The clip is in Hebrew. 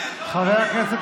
אז תביאו 1,000 ניידות.